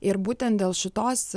ir būtent dėl šitos